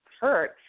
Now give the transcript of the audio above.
hurt